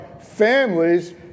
families